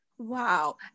Wow